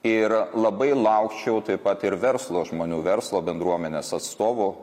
ir labai laukčiau taip pat ir verslo žmonių verslo bendruomenės atstovų